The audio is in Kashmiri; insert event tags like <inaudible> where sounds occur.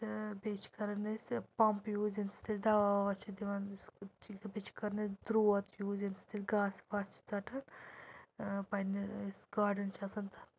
تہٕ بیٚیہِ چھِ کران أسۍ پَمپ یوٗز ییٚمہِ سۭتۍ أسۍ دوا وَوا چھِ دِوان یُس <unintelligible> بیٚیہِ چھِ کران أسۍ درٛوت یوٗز ییٚمہِ سۭتۍ أسۍ گاسہٕ واسہٕ چھِ ژَٹان ٲں پَنُن یُس گارڈٕن چھُ آسان تَتھ